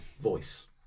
voice